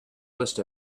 list